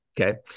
Okay